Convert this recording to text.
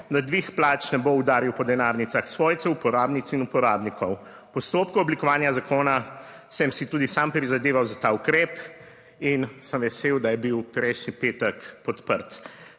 da dvig plač ne bo udaril po denarnicah svojcev uporabnic in uporabnikov. V postopku oblikovanja zakona. Sem si tudi sam prizadeval za ta ukrep in sem vesel, da je bil prejšnji petek podprt.